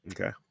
okay